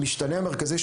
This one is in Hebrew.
המשתנה המרכזי,